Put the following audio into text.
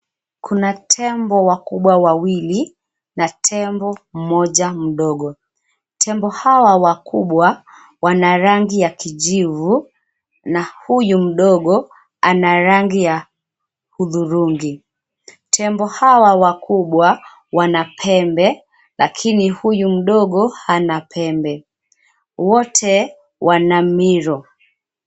Kuna tembo wakubwa wawili na tembo mmoja mdogo. Tembo hawa wakubwa wana rangi ya kijivu na huyu mdogo ana rangi ya hudhurungi. Tembo hawa wakubwa wanapembe lakini huyu mdogo hana pembe. Wote wana milo.